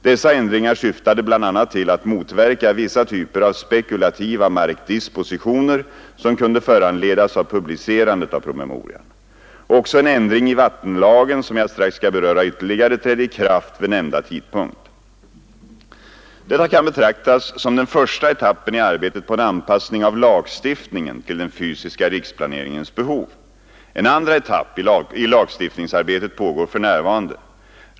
Dessa ändringar syftade bl.a. till att motverka vissa typer av spekulativa markdispositioner som kunde föranledas av publicerandet av promemorian. Också en ändring i vattenlagen, som jag strax skall beröra ytterligare, trädde i kraft vid nämnda tidpunkt. Detta kan betraktas som den första etappen i arbetet på en anpassning av lagstiftningen till den fysiska riksplaneringens behov. En andra etapp i lagstiftningsarbetet pågår för närvarande.